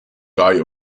guy